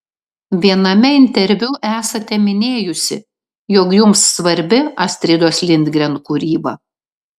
viename interviu esate minėjusi jog jums svarbi astridos lindgren kūryba